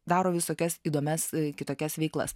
daro visokias įdomias kitokias veiklas